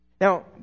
Now